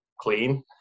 clean